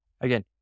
again